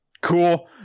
Cool